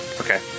Okay